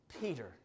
Peter